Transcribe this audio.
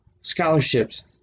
scholarships